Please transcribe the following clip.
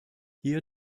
hier